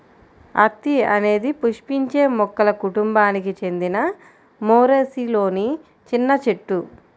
అత్తి అనేది పుష్పించే మొక్కల కుటుంబానికి చెందిన మోరేసిలోని చిన్న చెట్టు